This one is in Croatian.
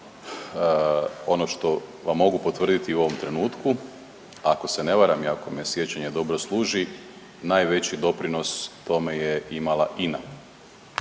Ono što vam mogu potvrditi u ovom trenutku, ako se ne varam i ako me sjećanje dobro služi, najveći doprinos u tome je imala INA